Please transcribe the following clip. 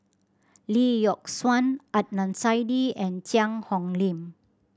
Lee Yock Suan Adnan Saidi and Cheang Hong Lim